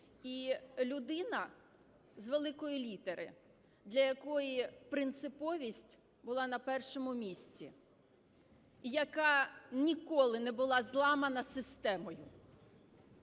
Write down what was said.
І людина з великої літери, для якої принциповість була на першому місці, яка ніколи не була зламана системою.